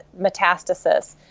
metastasis